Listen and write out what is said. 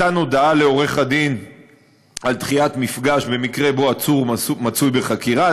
מתן הודעה לעורך-דין על דחיית מפגש במקרה שעצור מצוי בחקירה,